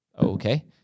Okay